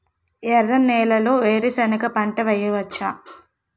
ఎర్ర నేలలో వేరుసెనగ పంట వెయ్యవచ్చా?